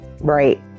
Right